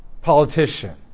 politician